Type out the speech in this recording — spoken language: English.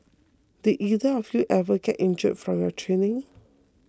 did either of you ever get injured from your training